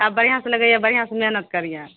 आब बढ़िआँसँ लगैहेँ बढ़िआँसँ मेहनत करिहेँ